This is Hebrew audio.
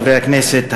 חברי הכנסת,